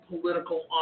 political